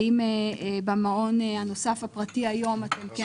האם במעון הנוסף הפרטי היום אתם כן